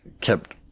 kept